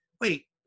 Wait